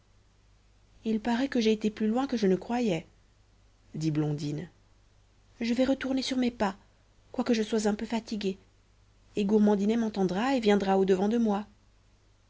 il parait que j'ai été plus loin que je ne croyais dit blondine je vais retourner sur mes pas quoique je sois un peu fatiguée et gourmandinet m'entendra et viendra au-devant de moi